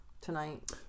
tonight